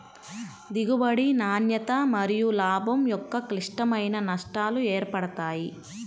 దిగుబడి, నాణ్యత మరియులాభం యొక్క క్లిష్టమైన నష్టాలు ఏర్పడతాయి